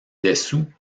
dessous